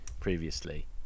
previously